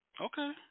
Okay